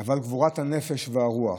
אבל גבורת הנפש והרוח